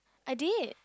I did